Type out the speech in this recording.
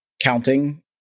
counting